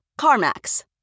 CarMax